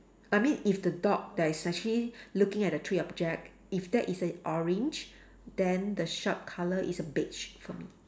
I mean if the dog that is actually looking at the three object if that is a orange then the shop colour is a beige for me